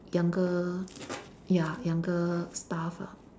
younger ya younger staff lah